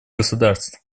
государств